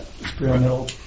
experimental